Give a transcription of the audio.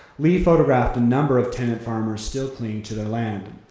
lee photographed a number of tenant farmers still clinging to their land.